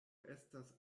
estas